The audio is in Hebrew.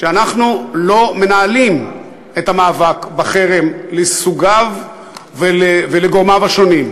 שאנחנו לא מנהלים את המאבק בחרם לסוגיו ולגורמיו השונים.